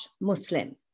Muslim